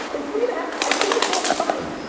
in three and a half, i say this all the time,